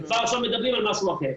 וכבר עכשיו מדברים על משהו אחר.